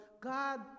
God